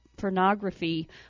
pornography